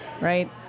right